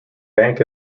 bank